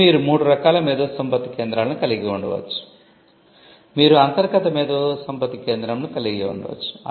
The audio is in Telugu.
ఇప్పుడు మీరు మూడు రకాల మేధోసంపత్తి కేంద్రాలను కలిగి ఉండవచ్చు మీరు అంతర్గత మేధోసంపత్తి కేంద్రంను కలిగి ఉండవచ్చు